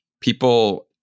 people